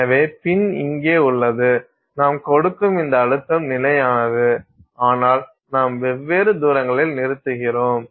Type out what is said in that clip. எனவே பின் இங்கே உள்ளது நாம் கொடுக்கும் இந்த அழுத்தம் நிலையானது ஆனால் நாம் வெவ்வேறு தூரங்களில் நிறுத்துகிறோம்